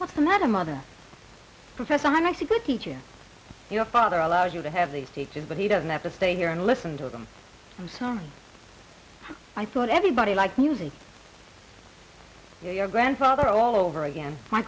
what's the matter mother professor how much a good teacher your father allows you to have these teachers but he doesn't have to stay here and listen to them i'm sorry i thought everybody like music your grandfather all over again my